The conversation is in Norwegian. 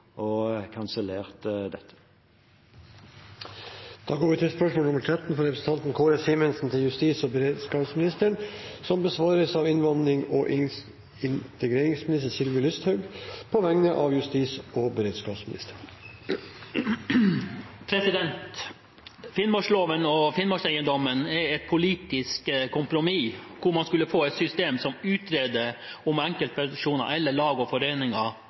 og kansellert det. Dette spørsmålet, fra representanten Kåre Simensen til justis- og beredskapsministeren, vil bli besvart av innvandrings- og integreringsministeren på vegne av justis- og beredskapsministeren, som er bortreist. «Finnmarksloven og Finnmarkseiendommen er et politisk kompromiss hvor man skulle få et system som utreder om enkeltpersoner eller lag og foreninger